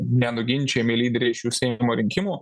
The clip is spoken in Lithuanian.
nenuginčijami lyderiai šių seimo rinkimų